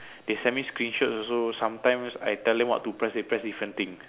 they send me screenshots also sometimes I tell them what to press they press different thing